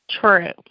true